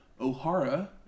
Ohara